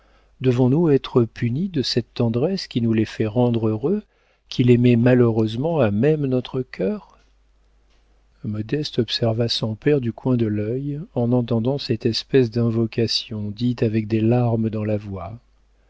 devons-nous être punis de cette tendresse qui nous les fait rendre heureux qui les met malheureusement à même notre cœur modeste observa son père du coin de l'œil en entendant cette espèce d'invocation dite avec des larmes dans la voix